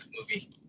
movie